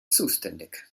zuständig